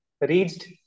reached